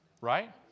Right